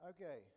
Okay